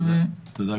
תודה,